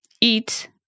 eat